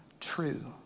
true